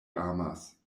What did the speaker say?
amas